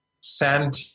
sent